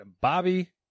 Bobby